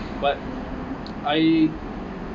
but I